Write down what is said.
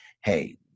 Hey